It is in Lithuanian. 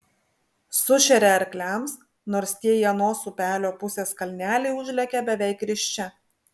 sušeria arkliams nors tie į anos upelio pusės kalnelį užlekia beveik risčia